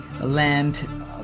land